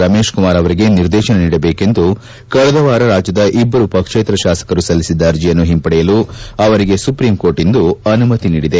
ರಮೇಶ್ಕುಮಾರ್ ಅವರಿಗೆ ನಿರ್ದೇಶನ ನೀಡಬೇಕೆಂದು ಕಳೆದ ವಾರ ರಾಜ್ಯದ ಇಬ್ಬರು ಪಕ್ಷೇತರ ಶಾಸಕರು ಸಲ್ಲಿಸಿದ್ದ ಅರ್ಜಿಯನ್ನು ಹಿಂಪಡೆಯಲು ಅವರಿಗೆ ಸುಪ್ರೀಂ ಕೋರ್ಟ್ ಇಂದು ಅನುಮತಿ ನೀಡಿದೆ